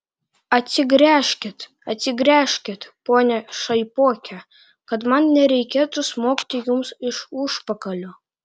atsigręžkit atsigręžkit pone šaipoke kad man nereikėtų smogti jums iš užpakalio